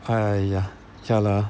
!aiya! ya lah